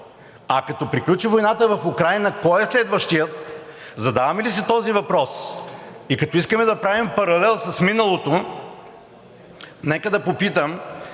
А като приключи войната в Украйна, кой е следващият? Задаваме ли си този въпрос? И като искаме да правим паралел с миналото, нека да попитам: